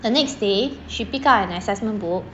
the next day she pick up an assessment book